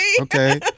Okay